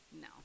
No